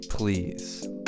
Please